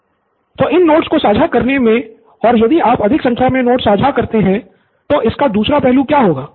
pro बाला तो इन नोट्स को साझा करने में और यदि आप अधिक संख्या में नोट्स साझा करते हैं तो इसका दूसरा पहलू क्या होगा